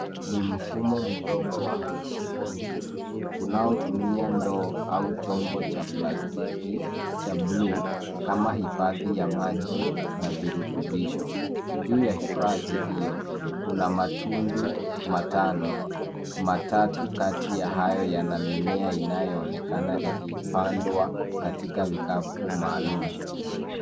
Ni mfumo mdogo wa hydroponics unaotumia ndoo au chombo cha plastiki cha bluu kama hifadhi ya maji na virutubisho. Juu ya hifadhi hiyo kuna matundu matano, matatu kati ya hayo yana mimea inayoonekana ilipandwa katika vikapu maalum.